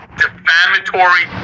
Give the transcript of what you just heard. defamatory